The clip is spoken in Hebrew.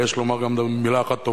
ויש לומר גם מלה אחת טובה,